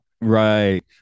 Right